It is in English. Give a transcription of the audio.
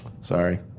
Sorry